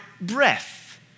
breath